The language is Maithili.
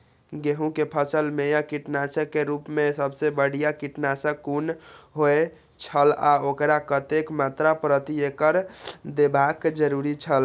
गेहूं के फसल मेय कीटनाशक के रुप मेय सबसे बढ़िया कीटनाशक कुन होए छल आ ओकर कतेक मात्रा प्रति एकड़ देबाक जरुरी छल?